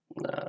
No